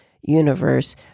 universe